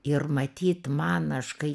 ir matyt man aš kai